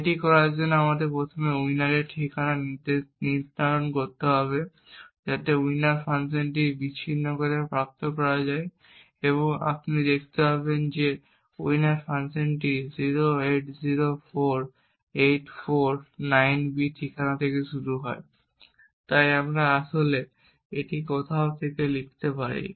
এটি করার জন্য আমাদের প্রথমে winner এর ঠিকানা নির্ধারণ করতে হবে যাতে winner ফাংশনটি বিচ্ছিন্ন করে প্রাপ্ত করা যায় এবং আপনি দেখতে পাবেন যে winner ফাংশনটি 0804849B ঠিকানা থেকে শুরু হয় তাই আমরা আসলে এটি কোথাও লিখে রাখতে পারি